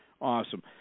Awesome